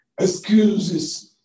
Excuses